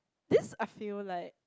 this I feel like